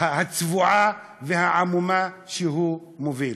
הצבועה והעמומה שהוא מוביל.